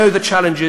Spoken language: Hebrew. פגשתי